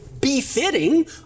befitting